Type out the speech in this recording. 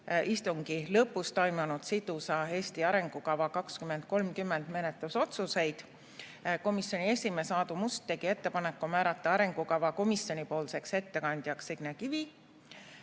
istungi lõpus toimunud "Sidusa Eesti arengukava 2030" menetlusotsuseid. Komisjoni esimees Aadu Must tegi ettepaneku määrata arengukava komisjonipoolseks ettekandjaks Signe Kivi.